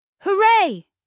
Hooray